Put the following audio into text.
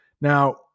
now